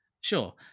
Sure